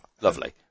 Lovely